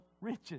riches